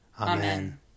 Amen